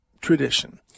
tradition